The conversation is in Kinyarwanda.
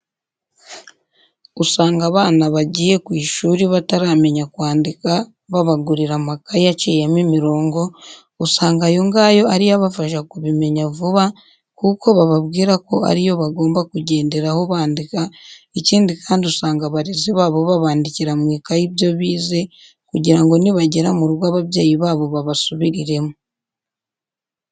Usanga abana bagiye ku ishuri bataramenya kwandika babagurira amakayi aciyemo imirongo, usanga ayo ngayo ari yo abafasha kubimenya vuba kuko bababwira ko ari yo bagomba kugenderaho bandika, ikindi kandi usanga abarezi babo babandikira mu ikayi ibyo bize kugira ngo nibagera mu rugo ababyeyi babo babasubiriremo.